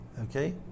Okay